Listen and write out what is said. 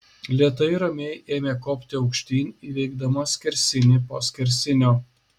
lėtai ramiai ėmė kopti aukštyn įveikdama skersinį po skersinio